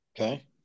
Okay